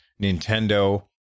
Nintendo